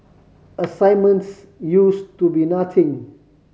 assignments use to be nothing